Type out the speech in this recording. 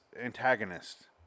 antagonist